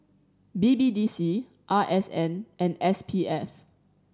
B B D C R S N and S P F